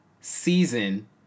season